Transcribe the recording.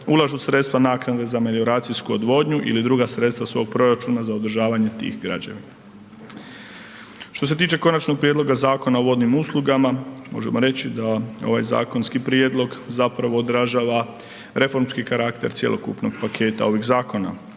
ulažu sredstva naknade za melioracijsku odvodnju ili druga sredstva iz svog proračuna za održavanje tih građevina. Što se tiče Konačnog prijedloga Zakona o vodnim uslugama možemo reći da ovaj zakonski prijedlog zapravo odražava reformski karakter cjelokupnog paketa ovih zakona.